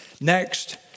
Next